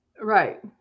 Right